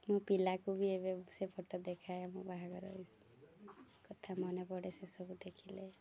ମୋ ପିଲାକୁ ବି ଏବେ ସେ ଫଟୋ ଦେଖାଏ ମୋ ବାହାଘର କଥା ମନେ ପଡ଼େ ସେସବୁ ଦେଖିଲେ